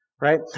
Right